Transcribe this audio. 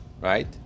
right